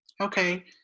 Okay